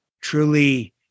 truly